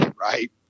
right